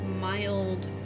mild